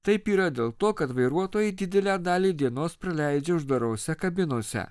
taip yra dėl to kad vairuotojai didelę dalį dienos praleidžia uždarose kabinose